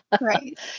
Right